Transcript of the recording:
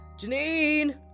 Janine